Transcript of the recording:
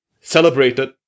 celebrated